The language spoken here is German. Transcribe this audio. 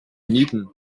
nieten